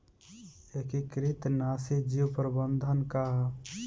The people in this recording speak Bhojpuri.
एकीकृत नाशी जीव प्रबंधन का ह?